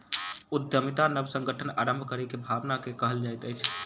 उद्यमिता नब संगठन आरम्भ करै के भावना के कहल जाइत अछि